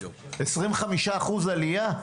25% עלייה.